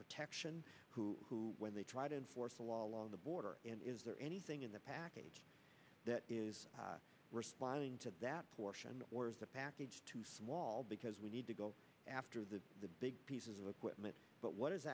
protection who when they try to enforce the law along the border and is there anything in the package that is responding to that portion or is the package too small because we need to go after the big pieces of equipment but what is